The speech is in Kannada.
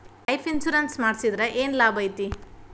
ಲೈಫ್ ಇನ್ಸುರೆನ್ಸ್ ಮಾಡ್ಸಿದ್ರ ಏನ್ ಲಾಭೈತಿ?